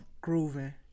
grooving